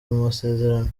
masezerano